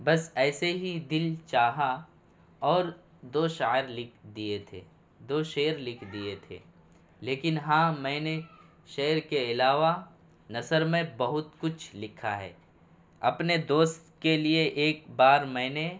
بس ایسے ہی دل چاہا اور دو اشعار لکھ دیے تھے دو شعر لکھ دیے تھے لیکن ہاں میں نے شعر کے علاوہ نثر میں بہت کچھ لکھا ہے اپنے دوست کے لیے ایک بار میں نے